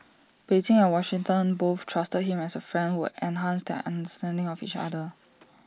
Beijing and Washington both trusted him as A friend who enhanced their understanding of each other